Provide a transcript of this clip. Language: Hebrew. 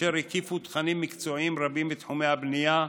אשר הקיפו תכנים מקצועיים רבים בתחומי הבנייה,